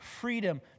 freedom